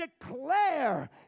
declare